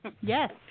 Yes